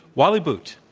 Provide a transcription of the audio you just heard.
wally boot.